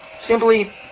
simply